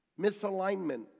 misalignment